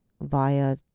via